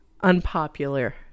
unpopular